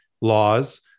laws